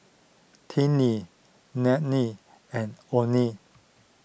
Tinnie and oneal